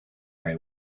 very